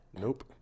Nope